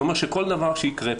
זה אומר שכל דבר שיקרה,